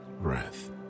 breath